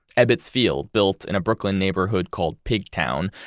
ebbets field, built in a brooklyn neighborhood called pig town,